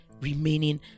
remaining